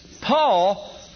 Paul